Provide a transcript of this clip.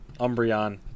Umbreon